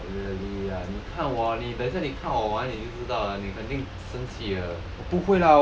not really ah 你看我你等下你看我玩你就知道了你肯定生气的